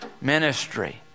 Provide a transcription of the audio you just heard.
ministry